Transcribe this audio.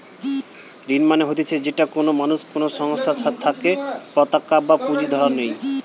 ঋণ মানে হতিছে যেটা কোনো মানুষ কোনো সংস্থার থেকে পতাকা বা পুঁজি ধার নেই